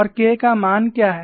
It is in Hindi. और K का मान क्या है